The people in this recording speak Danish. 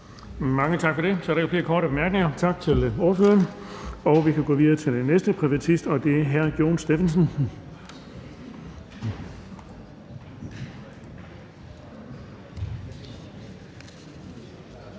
Mange tak for det. Der er ikke flere korte bemærkninger. Tak til ordføreren. Vi kan gå videre til den næste privatist, og det er hr. Jon Stephensen.